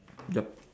yup